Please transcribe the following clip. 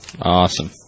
awesome